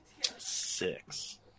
Six